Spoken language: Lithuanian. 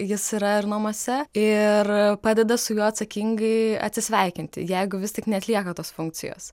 jis yra ir namuose ir padeda su juo atsakingai atsisveikinti jeigu vis tik neatlieka tos funkcijos